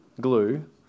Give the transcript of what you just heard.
glue